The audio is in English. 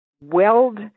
weld